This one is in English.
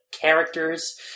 characters